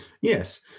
Yes